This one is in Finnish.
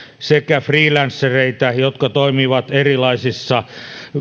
sekä freelancereita jotka toimivat erilaisissa